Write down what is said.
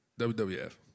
WWF